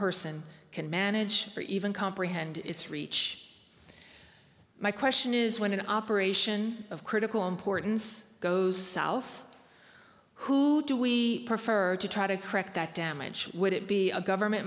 person can manage or even comprehend its reach my question is when an operation of critical importance goes south who do we prefer to try to correct that damage would it be a government